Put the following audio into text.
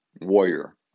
warrior